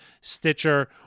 Stitcher